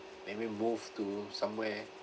maybe move to somewhere